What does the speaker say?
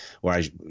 Whereas